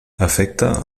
afecta